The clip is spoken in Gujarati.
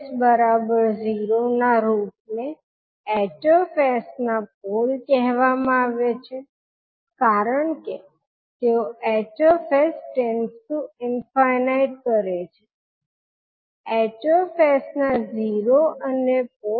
spn હવે ક્રાઇટેરીઆ શું છે તેથી સર્કિટ માટે સ્ટેબલ રહેવા માટે બે મૂળભૂત આવશ્યકતા છે પ્રથમ તે કે N ની ડિગ્રી 𝐷 𝑠 ની ડિગ્રી કરતા ઓછી હોવી આવશ્યક છે જો તે ન હોય તો તમે તેને રજુ કરો તો તે શું થાય HknSnkn 1Sn 1k1sk0RD આ એક એક્સપ્રેશન જેવું છે જે તે મૂલ્યો માટે છે જેમા અંશ ની ડિગ્રી છેદ ની ડિગ્રી કરતા વધારે હોય અને કેટલાક રેસિડ્યુઅલ હોય જ્યાં રેસિડ્યુઅલ ની ડિગ્રી છેદ કરતા ઓછી હોય